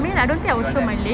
to your left